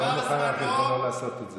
הוא לא מוכן לתת לך לעשות את זה.